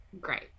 Great